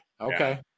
okay